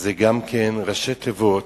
זה גם ראשי תיבות: